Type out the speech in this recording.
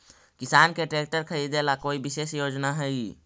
किसान के ट्रैक्टर खरीदे ला कोई विशेष योजना हई?